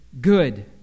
good